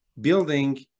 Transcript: building